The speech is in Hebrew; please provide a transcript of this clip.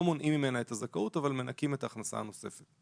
לא מונעים ממנה את הזכאות אבל מנכים את ההכנסה הנוספת.